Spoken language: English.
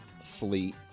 Fleet